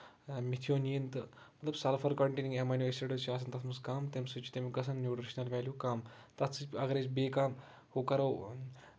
methionine تہٕ مطلب sulphur containing amino acid چھِ آسان تَتھ منٛز کَم تَتھ منٛز چھُ تَمہِ سۭتۍ گژھان نوٗٹریشنل ویلو کَم تَتھ سۭتۍ اَگر أسۍ بیٚیہِ کانٛہہ ہُہ کَرو